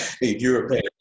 European